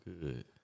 good